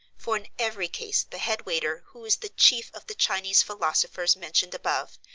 for in every case the head waiter, who is the chief of the chinese philosophers mentioned above,